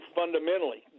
fundamentally